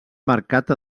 mercat